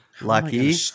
Lucky